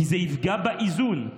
שזה יפגע באיזון.